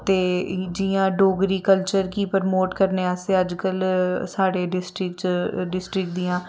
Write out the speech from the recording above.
ते जियां डोगरी कल्चर गी प्रमोट करने आस्तै अज्जकल साढ़े डिस्टिक च डिस्टिक दियां